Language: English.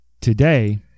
today